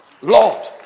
Lord